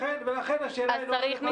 לכן השאלה היא לא רלוונטית.